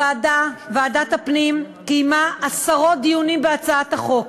ועדת הפנים קיימה עשרות דיונים בהצעת החוק